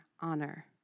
honor